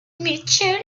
mitchell